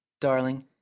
darling